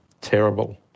terrible